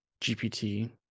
GPT